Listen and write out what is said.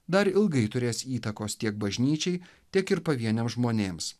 dar ilgai turės įtakos tiek bažnyčiai tiek ir pavieniams žmonėms